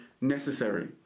necessary